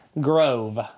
Grove